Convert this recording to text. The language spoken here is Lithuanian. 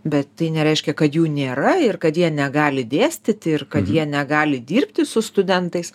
bet nereiškia kad jų nėra ir kad jie negali dėstyti ir kad jie negali dirbti su studentais